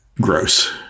gross